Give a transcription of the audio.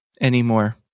anymore